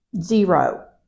zero